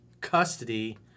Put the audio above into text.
custody